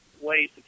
ways